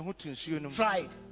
tried